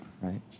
right